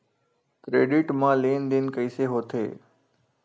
Credit मा लेन देन कइसे होथे?